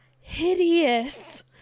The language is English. hideous